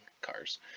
cars